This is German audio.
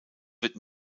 wird